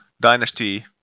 dynasty